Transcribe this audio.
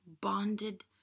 bonded